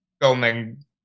filming